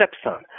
stepson